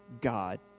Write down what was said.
God